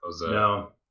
No